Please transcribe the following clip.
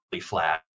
flat